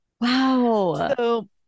Wow